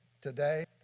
today